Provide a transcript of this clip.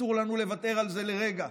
אסור לנו לוותר על זה לרגע.